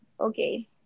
Okay